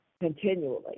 continually